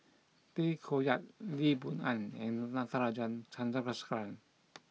Tay Koh Yat Lee Boon Ngan and Natarajan Chandrasekaran